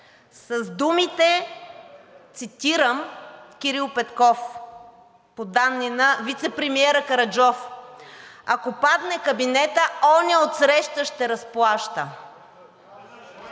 с думите, цитирам Кирил Петков, по данни на вицепремиера Караджов: „Ако падне кабинетът, оня отсреща ще разплаща!“